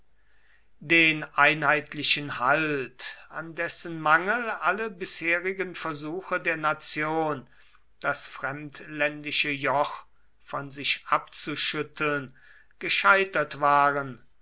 den einheitlichen halt an dessen mangel alle bisherigen versuche der nation das fremdländische joch von sich abzuschütteln gescheitert waren